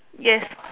yes